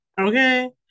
Okay